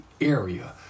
area